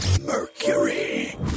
Mercury